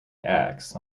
axe